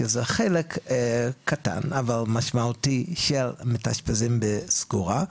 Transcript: שזה חלק קטן אבל משמעותי של מתאשפזים בסגורה,